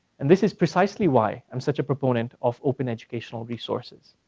and this is precisely why i'm such a proponent of open educational resources,